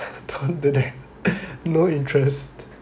don't do that no interest